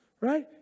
right